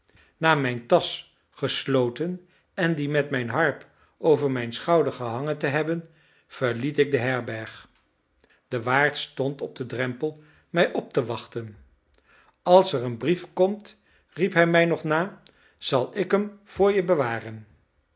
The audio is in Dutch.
na mijn tasch gesloten en die met mijn harp over mijn schouder gehangen te hebben verliet ik de herberg de waard stond op den drempel mij op te wachten als er een brief komt riep hij mij nog na zal ik hem voor je bewaren